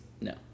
No